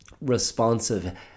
responsive